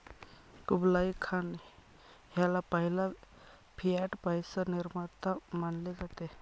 Kublai Khan ह्याला पहिला fiat पैसा निर्माता मानले जाते